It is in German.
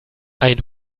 ein